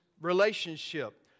relationship